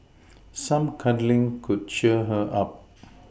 some cuddling could cheer her up